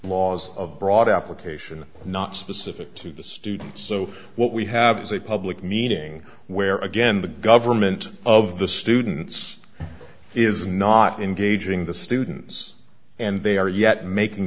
laws of broad application not specific to the students so what we have is a public meeting where again the government of the students is not engaging the students and they are yet making